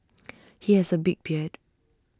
he has A big beard